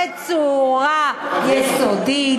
בצורה יסודית,